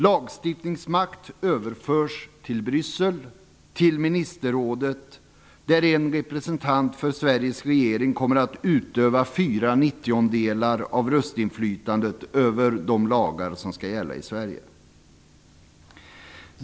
Lagstiftningsmakt överförs till Bryssel, till ministerrådet, där en representant för Sveriges regering kommer att utöva 4/90 röstinflytande över de lagar som skall gälla i Sverige.